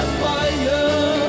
fire